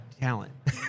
talent